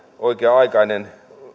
oikea aikainen